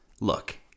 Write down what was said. Look